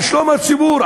על שלום הציבור,